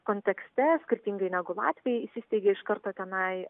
kontekste skirtingai negu latvijoj įsisteigė iš karto tenai